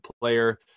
player